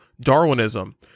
Darwinism